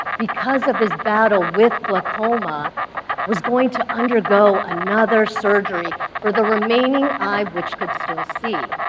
because of his battle with glaucoma was going to undergo another surgery for the remaining eye, which could still see.